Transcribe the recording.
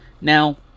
Now